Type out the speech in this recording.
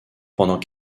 pendant